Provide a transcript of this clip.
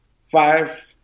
five